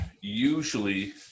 usually